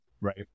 Right